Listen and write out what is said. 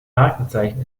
markenzeichen